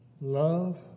love